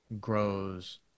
grows